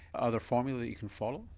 are there formula that you can follow?